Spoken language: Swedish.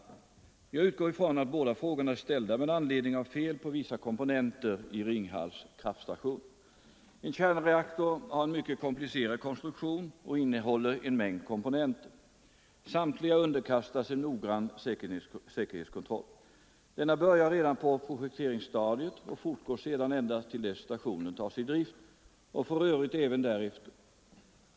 31 oktober 1974 Jag utgår ifrån att båda frågorna är ställda med anledning av fel på vissa = komponenter i Ringhals kraftstation. Ang. kontrollen av En kärnreaktor har en mycket komplicerad konstruktion och innehåller — kärnkraftverken, en mängd komponenter. Samtliga underkastas en noggrann säkerhetskon = m.m. troll. Denna börjar redan på projekteringsstadiet och fortgår sedan ända till dess stationen tas i drift och för övrigt även därefter.